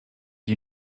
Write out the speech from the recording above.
you